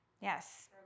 Yes